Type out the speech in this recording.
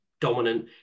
dominant